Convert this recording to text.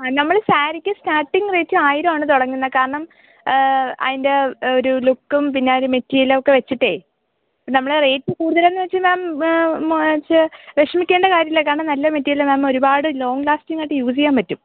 ആ നമ്മൾ സാരിക്ക് സ്റ്റാർട്ടിംഗ് റേറ്റ് ആയിരം ആണ് തുടങ്ങുന്നത് കാരണം അതിൻ്റെ ഒരു ലുക്കും പിന്നെ ആ ഒരു മെറ്റീരിയലൊക്കെ വച്ചിട്ടാണ് നമ്മളെ റേറ്റ് കൂടുതലെന്ന് വച്ച് മാം വിഷമിക്കേണ്ട കാര്യം ഇല്ല കാരണം നല്ല മെറ്റീരിയലാണ് ഒരുപാട് ലോംഗ് ലാസ്റ്റിംഗ് ആയിട്ട് യൂസ് ചെയ്യാൻ പറ്റും